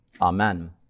amen